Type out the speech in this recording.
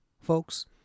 folks